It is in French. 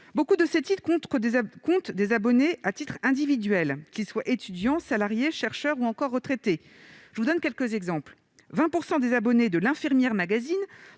Beaucoup de ces titres comptent des abonnés à titre individuel, qu'ils soient étudiants, salariés, chercheurs ou encore retraités. Quelques exemples : les abonnés individuels